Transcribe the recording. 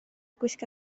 gwisga